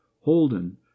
holden